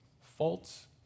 faults